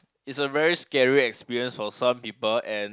is a very scary experience for some people and